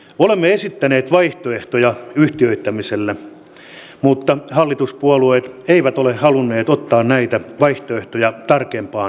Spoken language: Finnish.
olemme esittäneet vaihtoehtoja yhtiöittämiselle mutta hallituspuolueet eivät ole halunneet ottaa näitä vaihtoehtoja tarkempaan käsittelyyn